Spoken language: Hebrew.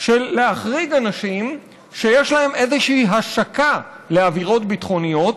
של להחריג אנשים שיש להם איזושהי השקה לעבירות ביטחוניות.